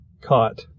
caught